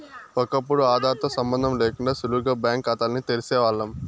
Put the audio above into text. ఒకప్పుడు ఆదార్ తో సంబందం లేకుండా సులువుగా బ్యాంకు కాతాల్ని తెరిసేవాల్లం